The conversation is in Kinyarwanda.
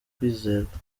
kwizerwa